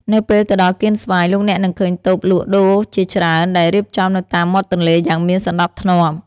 នៅពេលទៅដល់កៀនស្វាយ លោកអ្នកនឹងឃើញតូបលក់ដូរជាច្រើនដែលរៀបចំនៅតាមមាត់ទន្លេយ៉ាងមានសណ្តាប់ធ្នាប់។